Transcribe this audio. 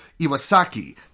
Iwasaki